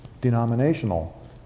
denominational